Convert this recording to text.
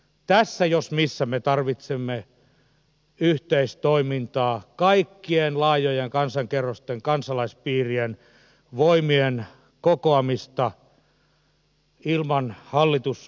tässä jos missä me tarvitsemme yhteistoimintaa kaikkien laajojen kansankerrosten kansalaispiirien voimien kokoamista ilman hallitusoppositio asetelmaa